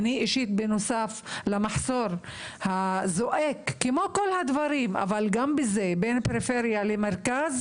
בנוסף למחסור הזועק כמו בכל הדברים אבל גם בזה בין הפריפריה למרכז,